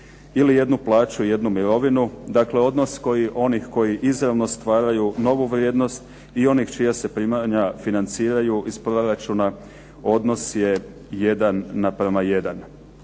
ili jednu plaću i jednu mirovinu, dakle odnos onih koji izravno stvaraju novu vrijednost i onih čija se primanja financiraju iz proračuna odnos je 1:1.